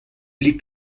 liegt